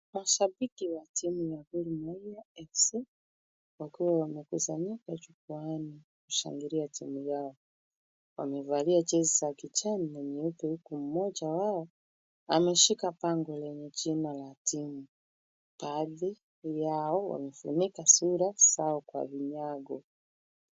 Mashabiki wa timu ya Gor Mahia FC wakiwa wamekusanyika jukwaani wakishangilia timu yao. Wamevalia jezi za kijani na nyeupe huku mmoja wao ameshika bango lenye jina la timu. Baadhi yao wamefunika sura zao kwa vinyago.